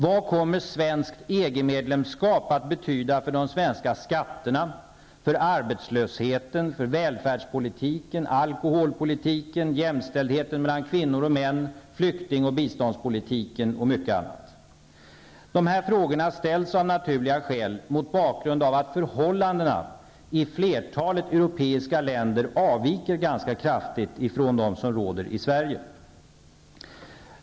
Vad kommer svenskt EG-medlemskap att betyda för de svenska skatterna, för arbetslösheten, för välfärdspolitiken, för alkoholpolitiken, för jämställdheten mellan kvinnor och män, för flykting och biståndspolitiken och mycket annat? De här frågorna ställs av naturliga skäl mot bakgrund av att förhållandena i flertalet europeiska länder avviker ganska kraftigt från dem som råder i Sverige.